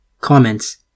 Comments